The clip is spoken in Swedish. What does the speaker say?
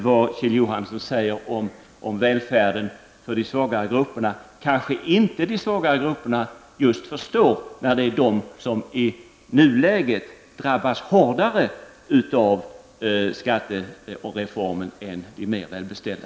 Vad Kjell Johansson säger om välfärden för de svagare grupperna kanske de svagare grupperna inte förstår, eftersom de i nuläget drabbas hårdare av skattereformen än de mer välbeställda.